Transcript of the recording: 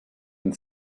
and